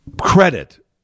credit